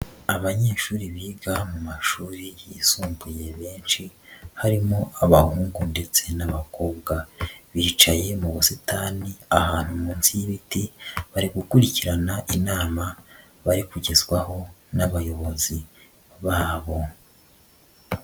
Abanyeshuri biga mu mashuri yisumbuye benshi harimo abahungu ndetse n'abakobwa, bicaye mu busitani ahantu munsi y'ibiti bari gukurikirana inama bari kugezwaho n'abayobozi babo.